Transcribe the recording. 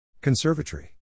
conservatory